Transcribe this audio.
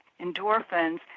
endorphins